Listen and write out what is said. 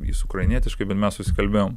jis ukrainietiškai bet mes susikalbėjom